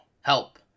help